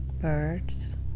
birds